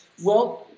well,